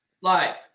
life